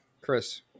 Chris